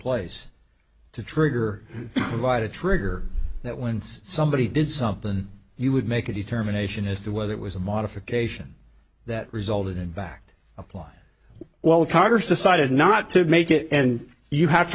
place to trigger via the trigger that once somebody did something you would make a determination as to whether it was a modification that resulted in back apply while congress decided not to make it and you have